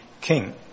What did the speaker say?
king